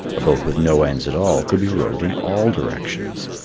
a boat with no ends at all could be rowed in all directions.